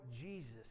Jesus